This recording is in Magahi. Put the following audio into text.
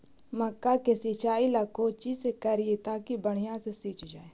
मक्का के सिंचाई ला कोची से करिए ताकी बढ़िया से सींच जाय?